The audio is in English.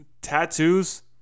Tattoos